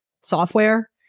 software